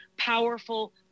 powerful